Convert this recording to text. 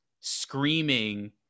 screaming